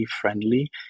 friendly